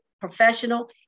professional